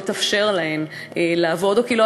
או שלא התאפשר להן לעבוד או כי לא